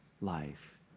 life